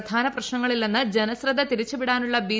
പ്രധാന പ്രശ്നങ്ങളിൽ നിന്ന് ജനശ്രദ്ധ തിരിച്ചു വിടാനുള്ള ബി